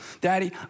Daddy